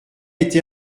été